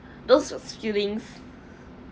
those feelings